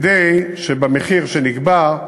כדי שבמחיר שנקבע,